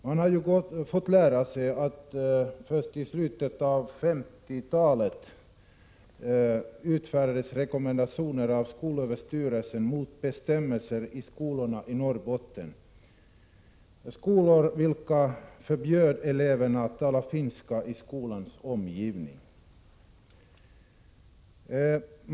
Man har ju fått lära sig att skolöverstyrelsen först i slutet av 1950-talet utfärdade rekommendationer riktade mot bestämmelser i skolor i Norrbotten vilka förbjöd eleverna att tala finska i skolans omgivning.